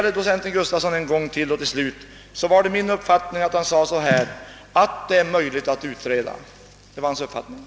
Slutligen vill jag upprepa att det är min uppfattning att docent Gustafsson sade att det är möjligt att utreda denna fråga.